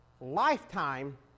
lifetime